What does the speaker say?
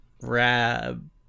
Rab